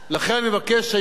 גברתי היושבת-ראש,